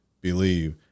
believe